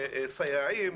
סייעים